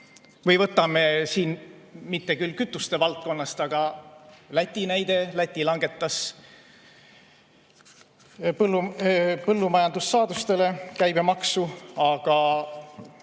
Või võtame siin mitte küll kütuse valdkonnast, aga Läti näite. Läti langetas põllumajandussaaduste käibemaksu, aga